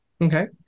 Okay